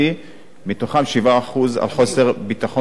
מתוכם 17% מחוסר ביטחון תזונתי חמור.